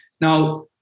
Now